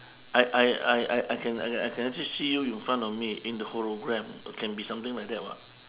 I I I I I can I can I can actually see you in front of me in a hologram it can be something like that [what]